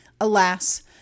Alas